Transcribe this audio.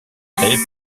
créé